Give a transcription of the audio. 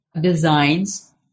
designs